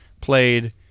played